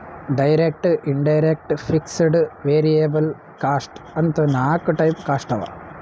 direct, indirect, fixed, variable cost ಅಂತ್ ನಾಕ್ type cost ಅವಾ